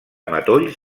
matolls